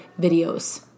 videos